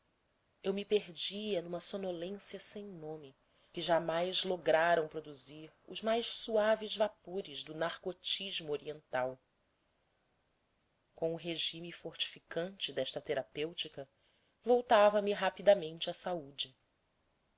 eu me perdia numa sonolência sem nome que jamais lograram produzir os mais suaves vapores do narcotismo oriental com o regime fortificante desta terapêutica voltava me rapidamente a saúde